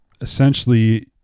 essentially